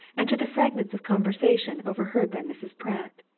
and to the fragments of conversation overheard by mrs. pratt.